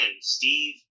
Steve